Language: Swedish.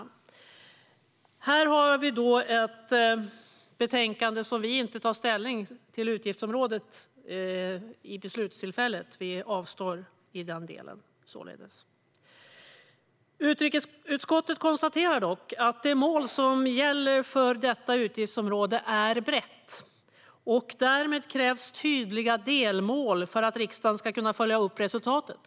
Detta är alltså ett betänkande där vi inte tar ställning till utgiftsområdet vid beslutstillfället utan avstår. Utrikesutskottet konstaterar dock att det mål som gäller för detta utgiftsområde är brett. Därmed krävs tydliga delmål för att riksdagen ska kunna följa upp resultatet.